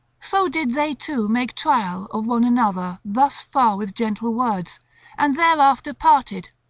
so did they two make trial of one another thus far with gentle words and thereafter parted.